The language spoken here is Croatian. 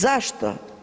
Zašto?